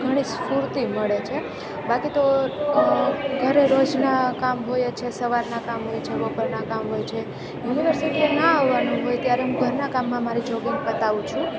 ઘણી સ્ફૂર્તિ મળે છે બાકી તો ઘરે રોજનાં કામ હોય જ છે સવારનાં કામ હોય છે બપોરનાં કામ હોય છે યુનિવર્સિટીએ ના આવવાનું હોય ત્યારે હું ઘરનાં કામમાં મારી જોગિંગ પતાવું છું